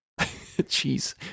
Jeez